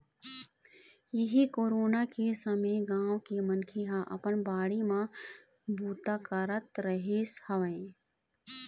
इहीं कोरोना के समे गाँव के मनखे ह अपन बाड़ी म बूता करत रिहिस हवय